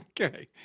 Okay